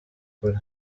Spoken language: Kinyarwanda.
kure